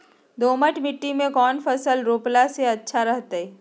दोमट मिट्टी में कौन फसल रोपला से अच्छा रहतय?